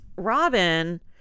Robin